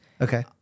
okay